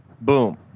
Boom